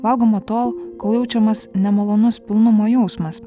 valgoma tol kol jaučiamas nemalonus pilnumo jausmas